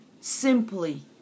simply